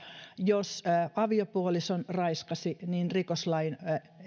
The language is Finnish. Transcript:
jos aviopuolison raiskasi niin rikoslain